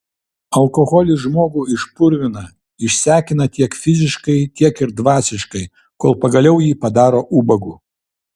alkoholis žmogų išpurvina išsekina tiek fiziškai tiek ir dvasiškai kol pagaliau jį padaro ubagu